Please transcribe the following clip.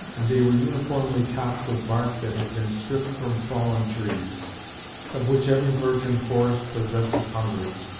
and they were uniformly topped with bark that had been stripped from fallen trees of which every virgin forest possesses hundreds,